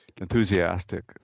enthusiastic